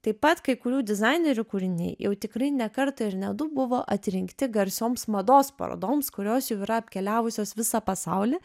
taip pat kai kurių dizainerių kūriniai jau tikrai ne kartą ir ne du buvo atrinkti garsioms mados parodoms kurios jau yra apkeliavusios visą pasaulį